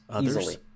easily